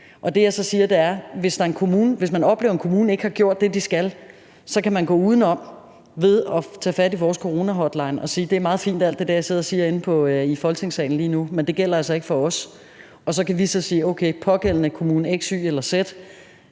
Det, jeg så siger, er, at hvis man oplever, at en kommune ikke har gjort det, den skal, kan man gå uden om ved at tage fat i vores coronahotline og sige: Det er meget fint, alt det der, I sidder og siger inde i Folketingssalen lige nu, men det gælder altså ikke for os. Og så kan vi til den pågældende kommune X, Y eller Z